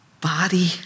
body